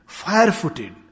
fire-footed